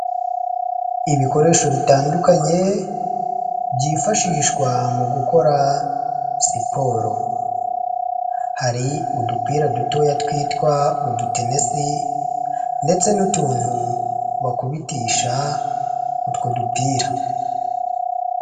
Ibikoresho bitandukanye byifashishwa mu gukora siporo, hari udupira dutoya twitwa utudenesi ndetse n'utuntu bakubitisha utwo dupira.